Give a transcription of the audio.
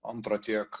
antra tiek